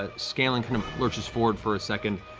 ah scanlan kind of lurches forward for a second.